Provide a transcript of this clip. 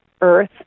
Earth